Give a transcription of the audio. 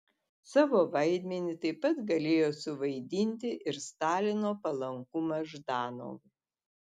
savo vaidmenį taip pat galėjo suvaidinti ir stalino palankumas ždanovui